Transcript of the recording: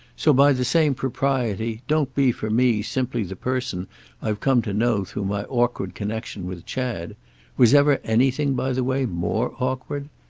so, by the same propriety, don't be for me simply the person i've come to know through my awkward connexion with chad was ever anything, by the way, more awkward?